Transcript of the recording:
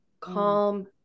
Calm